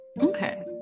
okay